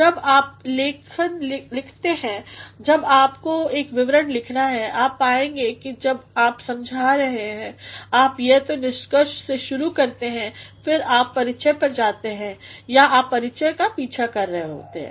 जब आपको लेख्य लिखना है जब आपको एक विवरण लिखना है आप पाएंगे कि जब आप समझा रहे हैं आप या तो निष्कर्ष से शुरू करते हैं और फिर आप परिचय पर जाते हैं य आप परिचय का पीछा कर रहे हैं